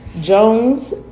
Jones